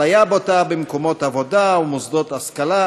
אפליה בוטה במקומות עבודה ומוסדות השכלה